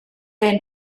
been